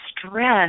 Stress